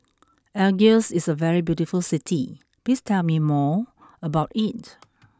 Algiers is a very beautiful city please tell me more about it